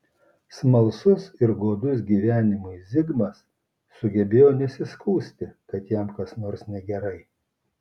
smalsus ir godus gyvenimui zigmas sugebėjo nesiskųsti kad jam kas nors negerai